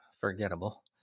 forgettable